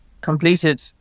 completed